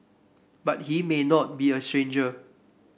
but he may not be a stranger